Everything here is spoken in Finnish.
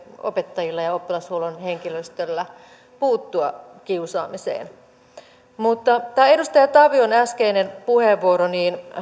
opettajilla ja ja oppilashuollon henkilöstöllä sitten riittävästi välineitä puuttua kiusaamiseen mutta tästä edustaja tavion äskeisestä puheenvuorosta